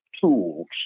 tools